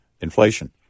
inflation